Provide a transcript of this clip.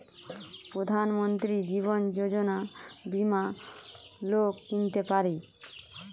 প্রধান মন্ত্রী জীবন যোজনা বীমা লোক কিনতে পারে